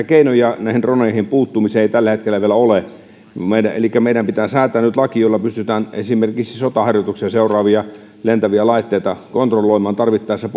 keinoja näihin droneihin puuttumiseen ei tällä hetkellä vielä ole elikkä meidän pitää säätää nyt laki jolla pystytään esimerkiksi sotaharjoituksia seuraavia lentäviä laitteita kontrolloimaan tarvittaessa